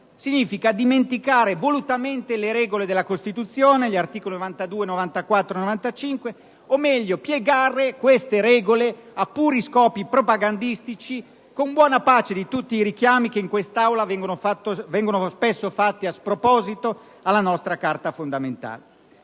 significa dimenticare volutamente le regole della Costituzione, gli articoli 92, 94 e 95, o meglio piegare queste regole a puri scopi propagandistici, con buona pace di tutti i richiami che in quest'Aula vengono spesso fatti a sproposito alla nostra Carta fondamentale.